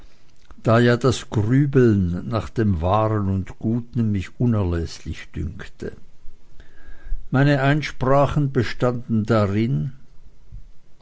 da ja das grübeln nach dem wahren und guten mich unerläßlich dünkte meine einsprachen bestanden darin